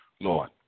Lord